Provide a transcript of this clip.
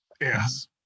Yes